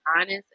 honest